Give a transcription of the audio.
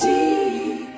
Deep